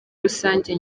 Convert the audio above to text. rusange